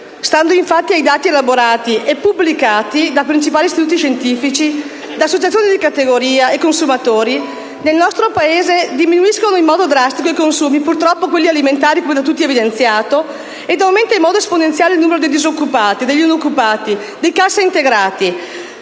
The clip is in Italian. Stando, infatti, ai dati elaborati e pubblicati dai principali istituti scientifici, dalle associazioni di categoria e dei consumatori, nel nostro Paese diminuiscono in modo drastico i consumi, anche quelli riferiti ai beni alimentari, come è stato evidenziato, mentre aumenta in modo esponenziale il numero dei disoccupati, degli inoccupati e dei cassaintegrati,